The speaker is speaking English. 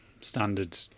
standard